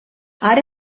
ara